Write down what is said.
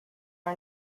our